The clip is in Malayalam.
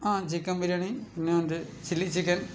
ആ ചിക്കൻ ബിരിയാണി പിന്നെ ഉണ്ട് ചില്ലി ചിക്കൻ